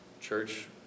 church